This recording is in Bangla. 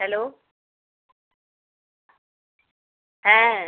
হ্যালো হ্যাঁ